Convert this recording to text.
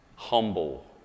humble